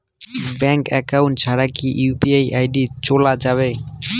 Bank account ছাড়া কি UPI ID চোলা যাবে?